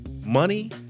money